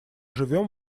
живем